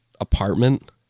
apartment